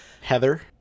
Heather